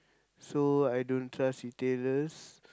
so I don't trust retailers